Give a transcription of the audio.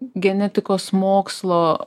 genetikos mokslo